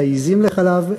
לעזים לחלב,